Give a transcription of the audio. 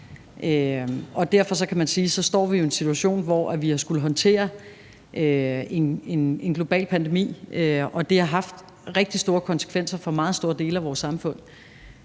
Derfor står vi jo i en situation, kan man sige, hvor vi har skullet håndtere en global pandemi, og det har haft rigtig store konsekvenser for meget store dele af vores samfund.